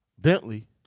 Bentley